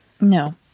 No